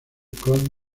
con